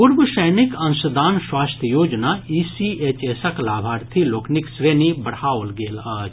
पूर्व सैनिक अंशदान स्वास्थ्य योजना ईसीएचएसक लाभार्थी लोकनिक श्रेणी बढ़ाओल गेल अछि